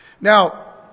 Now